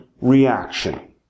reaction